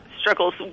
struggles